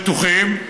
בטוחים,